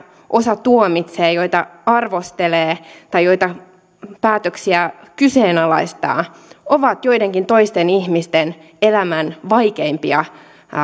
osa tuomitsee joita arvostelee tai joita päätöksiä kyseenalaistaa ovat joidenkin toisten ihmisten elämän vaikeimpia